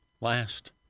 last